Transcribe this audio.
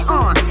on